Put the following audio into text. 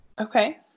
Okay